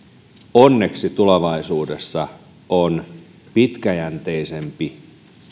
onneksi tulevaisuudessa on pitkäjänteisempi